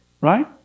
Right